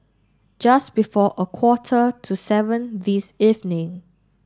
just before a quarter to seven this evening